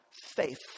faith